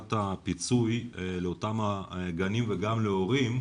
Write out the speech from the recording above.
סוגיית הפיצוי לאותם הגנים וגם להורים,